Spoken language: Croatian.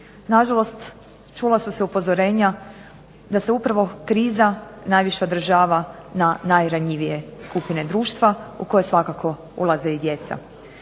Na žalost čula su se upozorenja da se upravo kriza najviše odražava na najranjivije skupine društva u koje svakako ulaze i djeca.